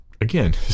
Again